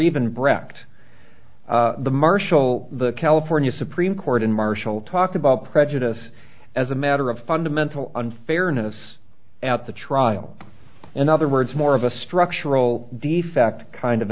even brecht the marshal the california supreme court in marshall talked about prejudice as a matter of fundamental unfairness at the trial in other words more of a structural defect kind of